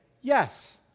Yes